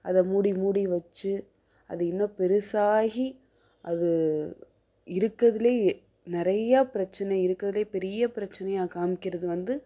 அதை மூடி மூடி வெச்சி அது இன்னும் பெருசாகி அது இருக்கிறதுலையே நிறையா பிரச்சனை இருக்கிறதுலையே பெரிய பிரச்சனையாக காம்மிக்கிறது வந்து